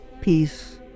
peace